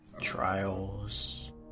Trials